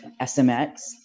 SMX